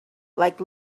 like